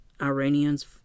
Iranians